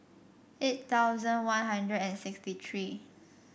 eight thousand One Hundred and sixty three